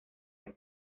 las